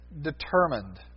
determined